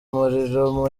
umuriro